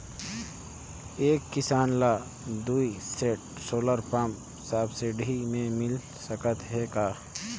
एक किसान ल दुई सेट सोलर पम्प सब्सिडी मे मिल सकत हे का?